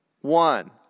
One